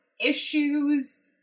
Issues